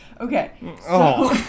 Okay